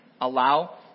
allow